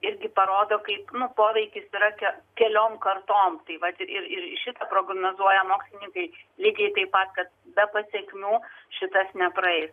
irgi parodo kaip nu poveikis yra ke keliom kartom tai vat ir ir šitą prognozuoja mokslininkai lygiai taip pat kad be pasekmių šitas nepraeis